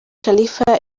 khalifa